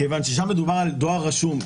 כיוון ששם מדובר על דואר רשום.